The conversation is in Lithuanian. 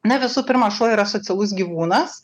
na visų pirma šuo yra socialus gyvūnas